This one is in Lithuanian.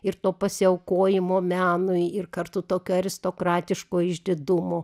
ir to pasiaukojimo menui ir kartu tokio aristokratiško išdidumo